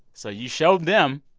so you showed them